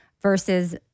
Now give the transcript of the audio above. versus